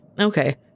Okay